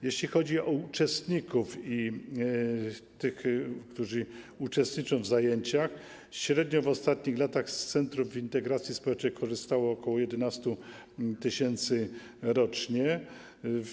Jeśli chodzi o uczestników, tych, którzy uczestniczą w zajęciach, to średnio w ostatnich latach z centrów integracji społecznej korzystało ok. 11 tys. osób rocznie.